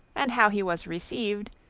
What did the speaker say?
and how he was received,